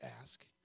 ask